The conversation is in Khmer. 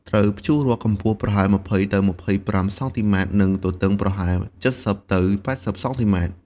ត្រូវភ្ជួររាស់កម្ពស់ប្រហែល ២០ទៅ២៥ សង់ទីម៉ែត្រ និងទទឹងប្រហែល ៧០ទៅ៨០ សង់ទីម៉ែត្រ។